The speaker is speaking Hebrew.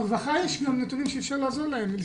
לרווחה יש נתונים שיכולים לעזור להם.